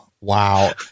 wow